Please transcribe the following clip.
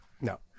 No